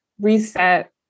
reset